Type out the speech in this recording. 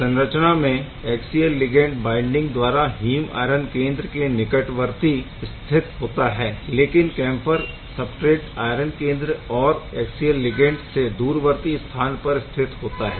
इस संरचना में ऐक्सियल लिगैण्ड बाइडिंग द्वारा हीम आयरन केंद्र के निकटवर्ती स्थित होता है लेकिन कैम्फर सबस्ट्रेट आयरन केंद्र और ऐक्ससियल लिगैण्ड से दूरवर्ती स्थान पर स्थित होता है